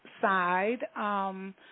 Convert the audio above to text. side